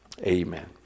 Amen